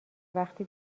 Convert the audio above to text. وقتی